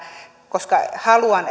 koska haluan